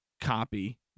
Copy